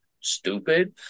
stupid